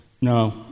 no